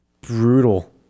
brutal